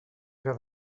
era